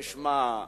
תשמע,